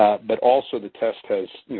but also, the test has,